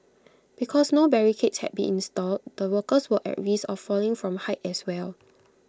because no barricades had been installed the workers were at risk of falling from height as well